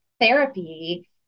therapy